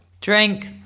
Drink